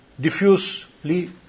diffusely